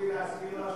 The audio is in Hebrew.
גברתי, להזכיר לך